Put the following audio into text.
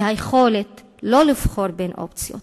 היא היכולת לא לבחור בין אופציות.